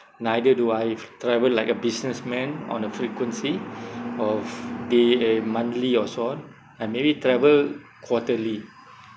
neither do I travel like a businessman on a frequency of be a monthly or so on I maybe travel quarterly